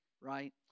right